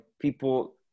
people